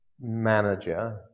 manager